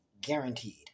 Guaranteed